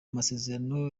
masezerano